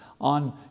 on